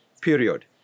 Period